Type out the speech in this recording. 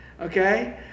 Okay